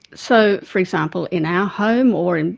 so for example, in our home, or in,